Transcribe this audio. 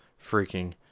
freaking